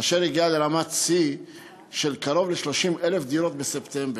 אשר הגיע לרמת שיא של קרוב ל-30,000 דירות בספטמבר.